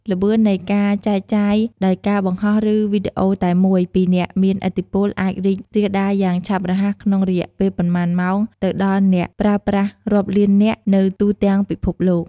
ល្បឿននៃការចែកចាយដោយការបង្ហោះឬវីដេអូតែមួយពីអ្នកមានឥទ្ធិពលអាចរីករាលដាលយ៉ាងឆាប់រហ័សក្នុងរយៈពេលប៉ុន្មានម៉ោងទៅដល់អ្នកប្រើប្រាស់រាប់លាននាក់នៅទូទាំងពិភពលោក។